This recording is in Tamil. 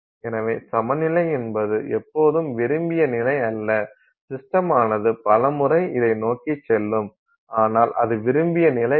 எனவே சமநிலை என்பது எப்போதும் விரும்பிய நிலை அல்ல சிஸ்டமானது பல முறை இதை நோக்கிச் செல்லும் ஆனால் அது விரும்பிய நிலை அல்ல